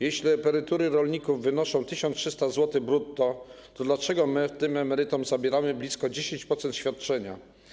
Jeśli emerytury rolników wynoszą 1300 zł brutto, to dlaczego my tym emerytom zabieramy blisko 10% świadczenia.